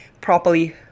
properly